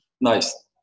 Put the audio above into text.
Nice